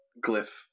glyph